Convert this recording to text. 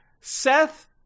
Seth